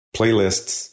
playlists